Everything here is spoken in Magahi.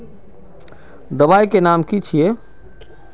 दबाई के नाम की छिए?